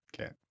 okay